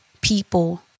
people